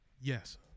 Yes